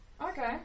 Okay